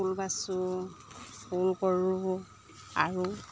ফুল বাচোঁ ফুল কৰোঁ আৰু